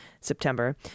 September